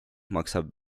maksab